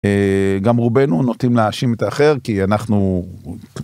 גם רובנו נוטים להאשים את האחר, כי אנחנו...